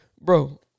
bro